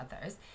others